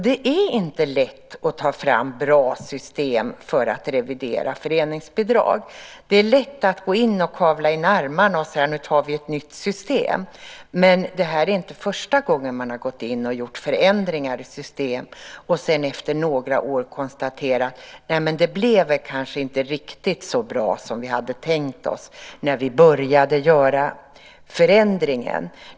Det är inte lätt att ta fram bra system för att revidera föreningsbidrag. Det är lätt att kavla upp ärmarna och säga att man ska skapa ett nytt system, men det är inte första gången som man har gjort förändringar i system och efter några år konstaterat att det inte blev riktigt så bra som man hade tänkt sig när man började göra förändringen.